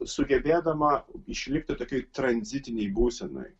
sugebėdama išlikti tokioj tranzitinėj būsenoj